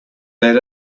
let